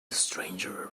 stranger